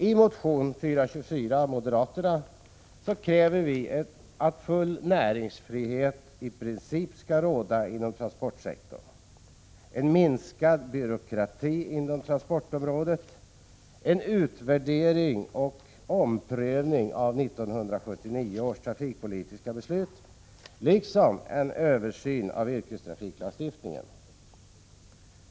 I motion 424 kräver vi moderater i princip fullständig näringsfrihet inom transportsektorn, minskad byråkrati inom transportområdet, en utvärdering och omprövning av 1979 års trafikpolitiska beslut liksom en översyn av yrkestrafiklagstiftningen.